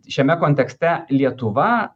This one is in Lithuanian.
šiame kontekste lietuva